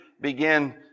begin